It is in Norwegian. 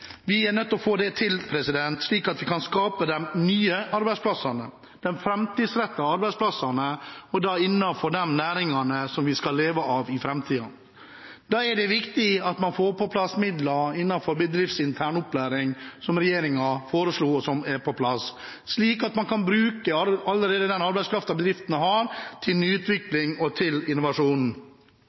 Vi er nødt til å få det til, slik at vi kan skape de nye arbeidsplassene, de framtidsrettede arbeidsplassene, og da innenfor de næringene som vi skal leve av i framtiden. Da er det viktig at man får på plass midler til bedriftsintern opplæring – som regjeringen foreslo, og som er på plass – slik at man kan bruke den arbeidskraften bedriftene allerede har, til nyutvikling og til innovasjon.